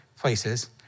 places